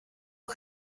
aux